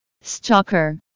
Stalker